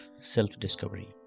self-discovery